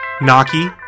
Naki